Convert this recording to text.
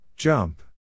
Jump